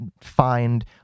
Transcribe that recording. find